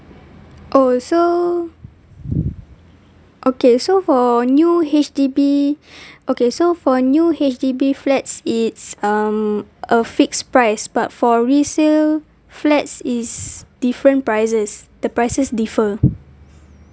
oh so okay so for new H_D_B okay so for new H_D_B flats it's um a fixed price but for resale flats is different prices the prices differ